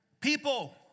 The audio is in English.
People